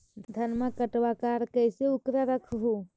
धनमा कटबाकार कैसे उकरा रख हू?